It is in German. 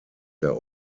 der